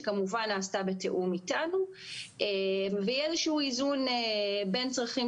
שכמובן נעשתה בתיאום איתנו והיא איזה שהוא איזון בין צרכים